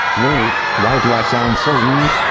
wait, why do i sound so weird?